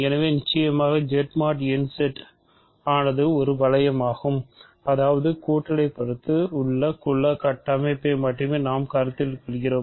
எனவே நிச்சயமாக Z mod n Z ஆனது ஒரு வளையமாகும் அதாவது கூட்டலை பொறுத்து உள்ள குல கட்டமைப்பை மட்டுமே நாம் கருத்தில் கொள்கிறோம்